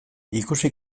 ikusi